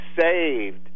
saved